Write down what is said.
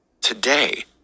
today